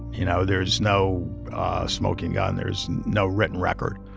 you know. there's no smoking gun. there's no written record.